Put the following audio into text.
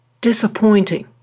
disappointing